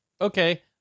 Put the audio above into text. okay